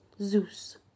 Zeus